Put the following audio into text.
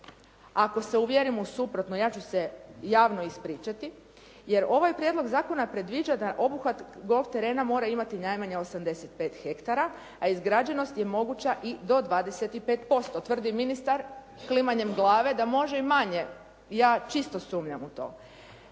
ako se uvjerimo u suprotno, ja ću se javno ispričati, jer ovaj prijedlog zakona predviđa da obuhvat golf terena mora imati najmanje 85 hektara a izgrađenost je moguća i do 25% tvrdi ministar klimanje glave da može i manje. Ja čisto sumnjam u to.